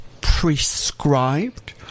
prescribed